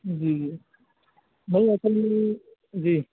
جی جی نہیں اصل میں جی